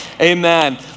Amen